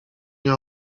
nie